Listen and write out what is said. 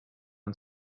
own